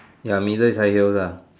ya middle is high heels ah